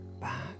back